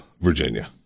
Virginia